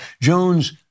Jones